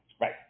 Right